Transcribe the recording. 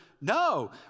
no